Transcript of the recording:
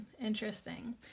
Interesting